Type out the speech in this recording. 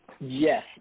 Yes